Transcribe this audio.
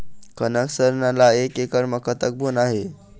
कनक सरना ला एक एकड़ म कतक बोना हे?